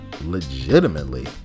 legitimately